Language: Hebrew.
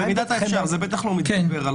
במידת האפשר זה בטח --- יש